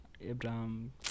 Abraham